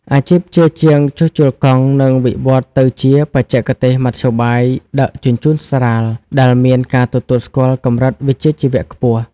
អាជីពជាងជួសជុលកង់នឹងវិវត្តទៅជា "បច្ចេកទេសមធ្យោបាយដឹកជញ្ជូនស្រាល" ដែលមានការទទួលស្គាល់កម្រិតវិជ្ជាជីវៈខ្ពស់។